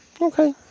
Okay